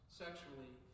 sexually